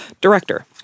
Director